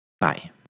Bye